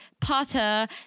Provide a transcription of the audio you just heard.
Potter